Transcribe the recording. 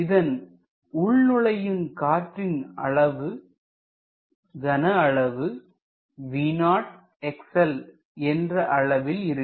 இதன் உள்நுழையும் காற்றின் கனஅளவு V0xl என்ற அளவில் இருக்கும்